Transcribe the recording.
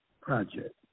Project